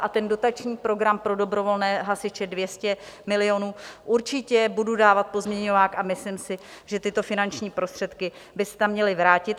A ten dotační program pro dobrovolné hasiče 200 milionů, určitě budu dávat pozměňovák a myslím si, že tyto finanční prostředky by se tam měly vrátit.